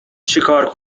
چیکار